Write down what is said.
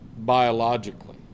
Biologically